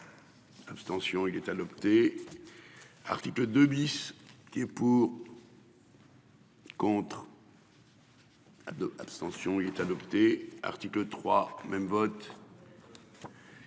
Abstention il est adopté. Article 2 bis qui. Pour. Contre. À deux abstentions, il est adopté. Article 3 même vote.